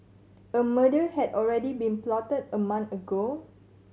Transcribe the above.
a murder had already been plotted a month ago